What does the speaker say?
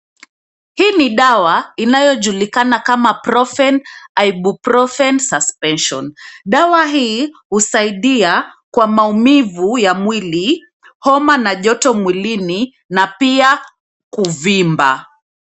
Hii ni dawa inayojulikana kama Profen Ibuprofen Suspension. Dawa hii husaidia kwa maumivu ya mwili, homa na joto mwilini na pia kuvimba.